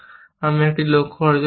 আমি একটি লক্ষ্য অর্জন করব